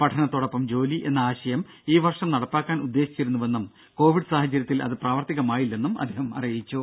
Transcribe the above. പഠനത്തോടൊപ്പം ജോലി എന്ന ആശയം ഈ വർഷം നടപ്പാക്കാൻ ഉദ്ദേശിച്ചിരുന്നുവെന്നും കോവിഡ് സാഹചര്യത്തിൽ അത് പ്രാവർത്തികമായില്ലെന്നും അദ്ദേഹം അറിയിച്ചു